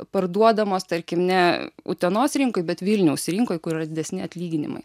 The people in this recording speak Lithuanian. parduodamos tarkim ne utenos rinkoj bet vilniaus rinkoj kur yra didesni atlyginimai